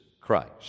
Christ